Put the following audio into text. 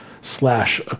slash